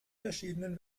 verschiedenen